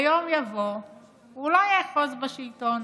ויום יבוא והוא לא יאחד בשלטון.